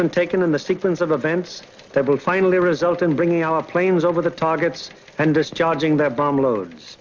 been taken in the sequence of events that will finally result in bringing our planes over the targets and discharging the bomb loads